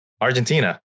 Argentina